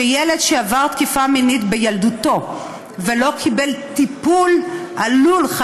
שילד שעבר תקיפה מינית בילדותו ולא קיבל טיפול עלול בבגרותו,